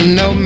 no